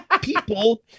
people